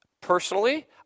Personally